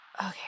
Okay